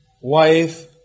wife